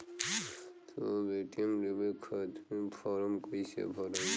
साहब ए.टी.एम लेवे खतीं फॉर्म कइसे भराई?